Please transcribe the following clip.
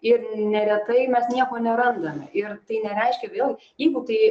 ir neretai mes nieko nerandame ir tai nereiškia vėl jeigu tai